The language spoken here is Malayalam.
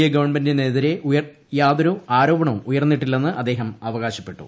എ ഗവൺമെന്റിനെതിരെ അഴിമതി ആരോപണങ്ങൾ ഒന്നും ഉയർന്നിട്ടില്ലെന്ന് അദ്ദേഹം അവകാശപ്പെട്ടു